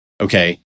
okay